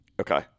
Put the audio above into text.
Okay